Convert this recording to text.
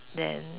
than